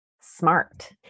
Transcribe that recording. smart